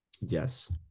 Yes